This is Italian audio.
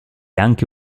anche